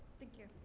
thank you.